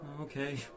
Okay